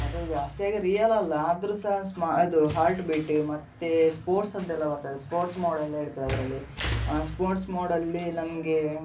ಅದು ಜಾಸ್ತಿಯಾಗಿ ರಿಯಲ್ ಅಲ್ಲ ಆದರು ಸಹ ಸ್ಮಾ ಅದು ಹಾರ್ಟ್ ಬೀಟ್ ಮತ್ತೆ ಸ್ಪೋಟ್ಸದ್ದೆಲ್ಲ ಬರ್ತದೆ ಸ್ಪೋರ್ಟ್ಸ್ ಮೋಡ್ ಎಲ್ಲಾ ಇರ್ತದೆ ಅದರಲ್ಲಿ ಸ್ಪೋರ್ಟ್ಸ್ ಮೋಡಲ್ಲಿ ನಮಗೆ